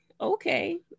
Okay